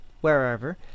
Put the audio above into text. wherever